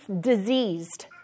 diseased